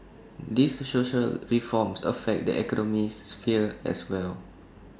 these social reforms affect the economic sphere as well